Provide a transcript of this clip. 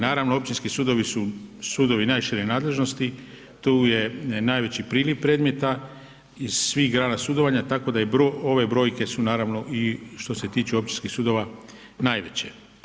Naravno, općinski sudovi su sudovi najviše nadležnosti, tu je najveći priliv predmeta iz svih grana sudovanja tako da ove brojke su naravno i što se tiče općinskih sudova najveće.